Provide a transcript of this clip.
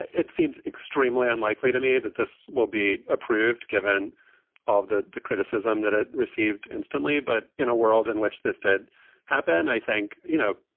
it it seems extremely unlikely to me that this will be approved given of the the criticism that it received instantly. but in a world in which this did happen, i think, you know,